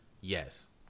yes